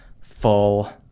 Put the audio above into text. full